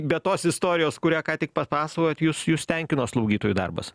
be tos istorijos kurią ką tik papasakojot jus jus tenkino slaugytojų darbas